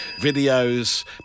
videos